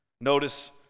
notice